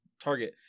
Target